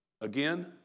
again